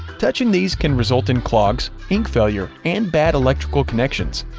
touching these can result in clogs, ink failure, and bad electrical connections.